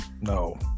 No